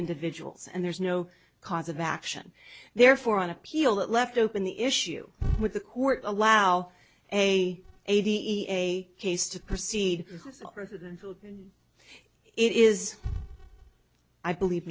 individuals and there's no cause of action therefore on appeal that left open the issue with the court allow a eighty a case to proceed it is i believe